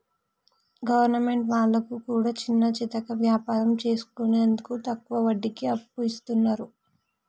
government వాళ్లు కూడా చిన్నాచితక వ్యాపారం చేసుకునేందుకు తక్కువ వడ్డీకి అప్పు ఇస్తున్నరు